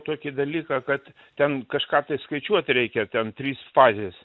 tokį dalyką kad ten kažką tai skaičiuot reikia ten trys fazės